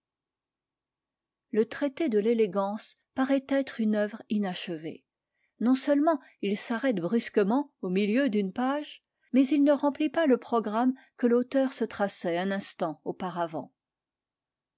le traité de l'élégance paraît être une œuvre inachevée inon seulement il s'arrête brusquement au milieu d'une page mais il ne remplit pas le programme que l'auteur se traçait un instant auparavant